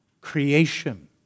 creation